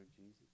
Jesus